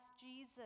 Jesus